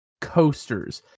coasters